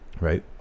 Right